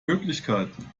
möglichkeiten